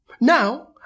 Now